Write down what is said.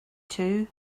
too